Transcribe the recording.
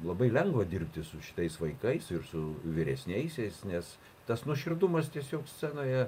labai lengva dirbti su šitais vaikais ir su vyresniaisiais nes tas nuoširdumas tiesiog scenoje